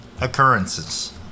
occurrences